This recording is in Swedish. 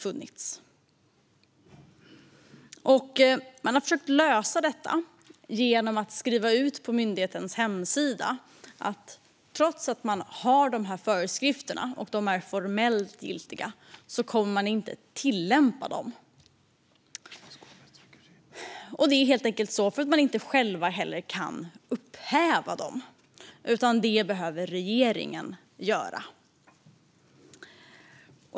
Gransknings-betänkande våren 2021Vissa frågor om regeringens ansvarför förvaltningen Man har försökt lösa detta genom att skriva på myndighetens hemsida att man, trots att man har dessa föreskrifter och att de är formellt giltiga, inte kommer att tillämpa dessa föreskrifter för att man själv inte heller kan upphäva dem. Det behöver regeringen göra.